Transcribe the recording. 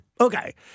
okay—